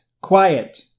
quiet